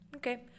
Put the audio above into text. Okay